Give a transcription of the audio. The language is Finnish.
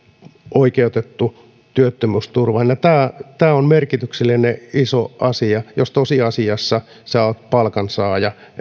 oikeutettu työttömyysturvaan ja tämä on merkityksellinen iso asia että jos tosiasiassa olet palkansaaja